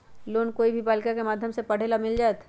Loan कोई भी बालिका के माध्यम से पढे ला मिल जायत?